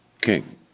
king